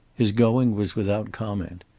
his going was without comment.